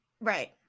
Right